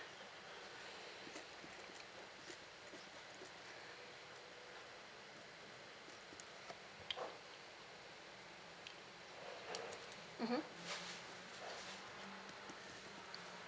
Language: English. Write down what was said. mmhmm